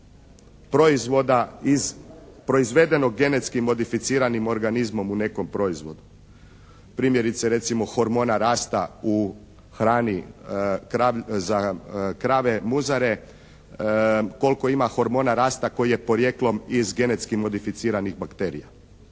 proizvoda iz proizvedenog genetski modificiranim organizmom u nekom proizvodu. Primjerice, recimo hormona rasta u hrani za krave muzare, koliko ima hormona rasta koji je porijeklom iz genetski modificiranih bakterija.